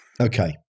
Okay